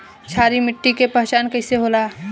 क्षारीय मिट्टी के पहचान कईसे होला?